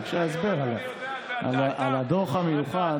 ביקשה הסבר על הדוח המיוחד,